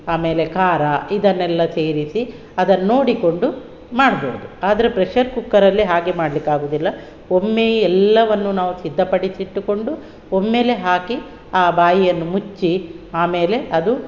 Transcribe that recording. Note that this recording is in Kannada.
ಆಮೇಲೆ ಖಾರ ಇದನ್ನೆಲ್ಲ ಸೇರಿಸಿ ಅದನ್ನು ನೋಡಿಕೊಂಡು ಮಾಡ್ಬೋದು ಆದರೆ ಪ್ರೆಷರ್ ಕುಕ್ಕರಲ್ಲಿ ಹಾಗೆ ಮಾಡಲಿಕ್ಕಾಗುದಿಲ್ಲ ಒಮ್ಮೆಯೇ ಎಲ್ಲವನ್ನು ನಾವು ಸಿದ್ದಪಡಿಸಿಟ್ಟುಕೊಂಡು ಒಮ್ಮೆಲೇ ಹಾಕಿ ಆ ಬಾಯಿಯನ್ನು ಮುಚ್ಚಿ ಆಮೇಲೆ ಅದು